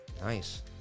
nice